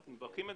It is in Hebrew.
אנחנו מברכים,